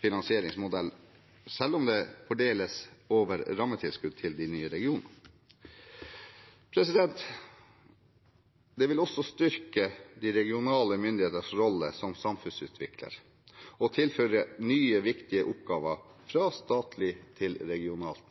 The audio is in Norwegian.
finansieringsmodell, selv om det fordeles over rammetilskudd til de nye regionene. Det vil også styrke de regionale myndighetenes rolle som samfunnsutvikler å tilføre nye, viktige oppgaver fra statlig til regionalt